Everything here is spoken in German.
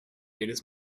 jedes